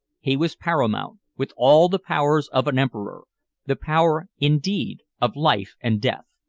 he was paramount, with all the powers of an emperor the power, indeed, of life and death.